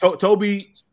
Toby